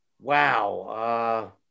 wow